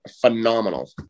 phenomenal